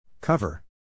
Cover